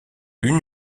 une